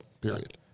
period